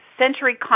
Century